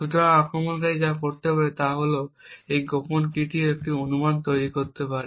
সুতরাং আক্রমণকারী যা করতে পারে তা হল সে গোপন কীটির একটি অনুমান তৈরি করতে পারে